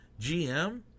GM